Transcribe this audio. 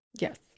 Yes